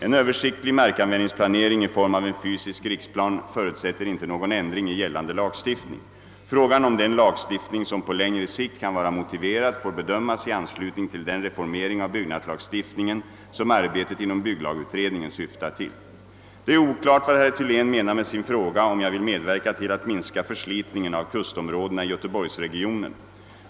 En översiktlig markanvändningsplanering i form av en fysisk riksplan förutsätter inte någon ändring i gällande lagstiftning. Frågan om den lagstiftning som på längre sikt kan vara motiverad får bedömas i anslutning till den reformering av byggnadslagstiftningen som arbetet inom bygglagutredningen syftar till. Det är oklart vad herr Thylén menar med sin fråga, om jag vill medverka till att minska förslitningen av kustområdena i göteborgsregionen.